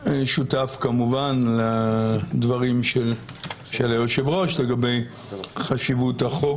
אני שותף כמובן לדברים של היושב-ראש לגבי חשיבות החוק,